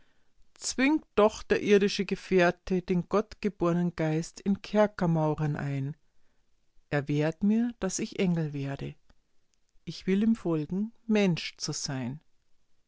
zwingt doch der irdische gefährte den gottgebornen geist in kerkermauren ein er wehrt mir daß ich engel werde ich will ihm folgen mensch zu sein